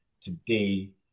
today